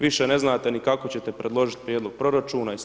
Više ne znate ni kako ćete predložiti prijedlog proračuna i sl.